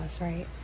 right